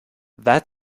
that